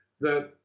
that